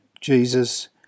Jesus